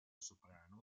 soprano